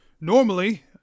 normally